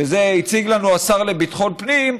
ואת זה הציג לנו השר לביטחון פנים,